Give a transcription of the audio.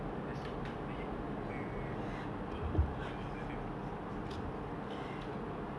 just main computer lepak keluar dengan family ya